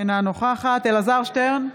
אינה נוכחת אלעזר שטרן,